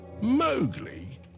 Mowgli